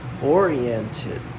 oriented